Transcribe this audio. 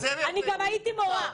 אני גם הייתי מורה.